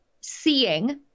seeing